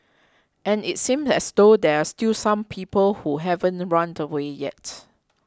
and it seems as though there are still some people who haven't run to away yet